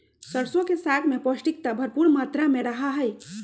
सरसों के साग में पौष्टिकता भरपुर मात्रा में रहा हई